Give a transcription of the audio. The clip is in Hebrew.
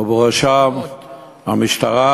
ובראשם המשטרה,